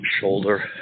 shoulder